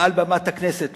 מעל במת הכנסת,